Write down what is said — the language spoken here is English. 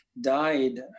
died